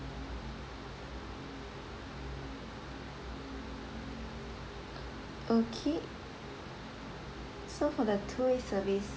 okay so for the two way service